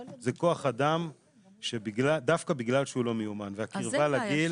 זה כוח אדם שדווקא בגלל שהוא לא מיומן והקרבה לגיל,